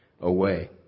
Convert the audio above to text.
away